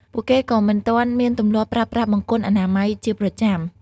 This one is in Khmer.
ពួកគេក៏មិនទាន់មានទម្លាប់ប្រើប្រាស់បង្គន់អនាម័យជាប្រចាំ។